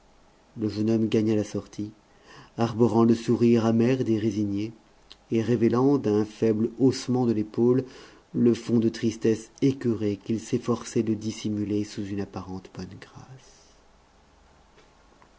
le jeune homme gagna la sortie arborant le sourire amer des résignés et révélant d'un faible haussement de l'épaule le fond de tristesse écœurée qu'il s'efforçait de dissimuler sous une apparente bonne grâce